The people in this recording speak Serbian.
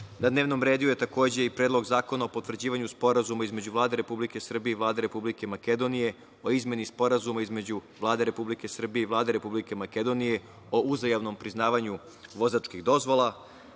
Na dnevnom redu je takođe i Predlog zakona o potvrđivanju Sporazuma između Vlade Republike Srbije i Vlade Republike Makedonije o izmeni Sporazuma između Vlade Republike Srbije i Vlade Republike Makedonije o uzajamnom priznanju vozačkih dozvola. Dalje,